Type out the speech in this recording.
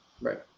Right